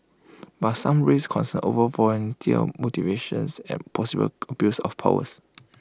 but some raised concern over volunteer motivations and possible abuse of powers